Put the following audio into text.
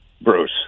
Bruce